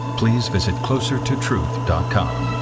please visit closertotruth com.